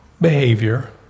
behavior